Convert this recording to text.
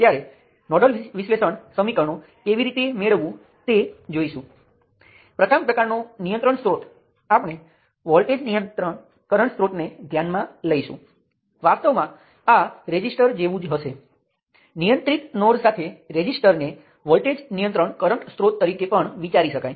તે સર્કિટ માટેના સમીકરણને વ્યવસ્થિત રીતે લખવાની એક રીત છે તેથી તે મેટ્રિક્સ વ્યુત્ક્રમ દ્વારા ઉકેલી શકાય